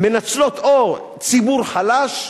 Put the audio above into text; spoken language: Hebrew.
מנצלות ציבור חלש,